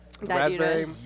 Raspberry